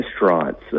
restaurants